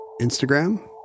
Instagram